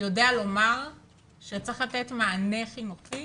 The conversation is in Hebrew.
יודע לומר שצריך לתת מענה חינוכי